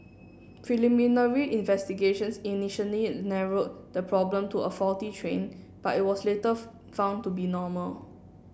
preliminary investigations initially narrowed the problem to a faulty train but it was later found to be normal